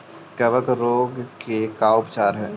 कबक रोग के का उपचार है?